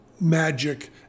magic